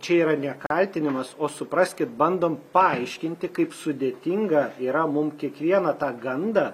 čia yra ne kaltinimas o supraskit bandom paaiškinti kaip sudėtinga yra mum kiekvieną tą gandą